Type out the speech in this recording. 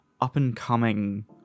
up-and-coming